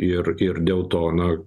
ir ir dėl to na